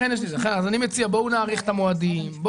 אני מציע, בואו נאריך את המועדים.